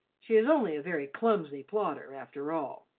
she is only a very clumsy plotter, after all.